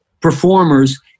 performers